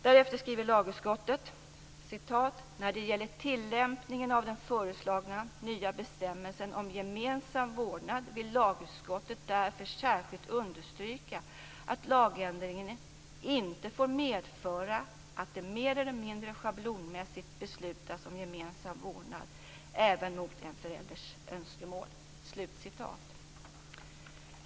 Därefter skriver lagutskottet: "När det gäller tilllämpningen av den föreslagna nya bestämmelsen om gemensam vårdnad vill lagutskottet därför särskilt understryka att lagändringen inte får medföra att det mer eller mindre schablonmässigt beslutas om gemensam vårdnad även mot en förälders önskemål."